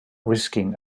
risking